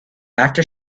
after